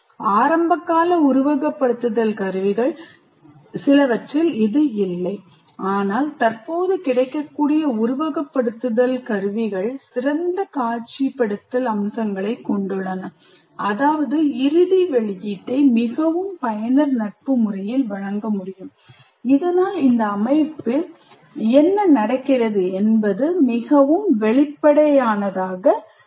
ஆரம்பகால உருவகப்படுத்துதல் கருவிகள் சிலவற்றில் இது இல்லை ஆனால் தற்போது கிடைக்கக்கூடிய உருவகப்படுத்துதல் கருவிகள் சிறந்த காட்சிப்படுத்தல் அம்சங்களைக் கொண்டுள்ளன அதாவது இறுதி வெளியீட்டை மிகவும் பயனர் நட்பு முறையில் வழங்க முடியும் இதனால் இந்த அமைப்பில் என்ன நடக்கிறது என்பது மிகவும் வெளிப்படையானதாக அமையும்